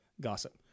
gossip